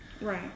Right